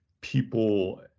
people